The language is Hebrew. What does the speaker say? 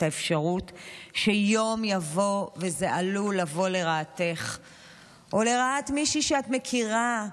האפשרות שיום יבוא וזה עלול לבוא לרעתך או לרעת מישהי שאת מכירה,